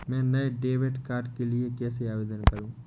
मैं नए debit card के लिए कैसे आवेदन करूं?